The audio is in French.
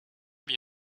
vie